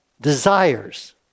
desires